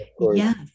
Yes